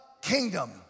kingdom